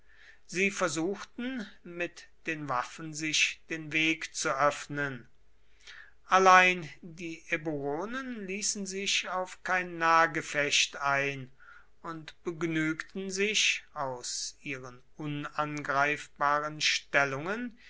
sie versuchten mit den waffen sich den weg zu öffnen allein die eburonen ließen sich auf kein nahgefecht ein und begnügten sich aus ihren unangreifbaren stellungen